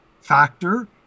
factor